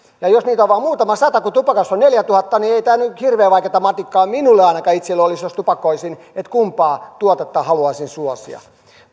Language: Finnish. niitä on vain muutama sata kun tupakassa on neljätuhatta niin ei tämä nyt hirveän vaikeata matikkaa minulle ainakaan itselleni olisi jos tupakoisin että kumpaa tuotetta haluaisin suosia